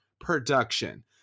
production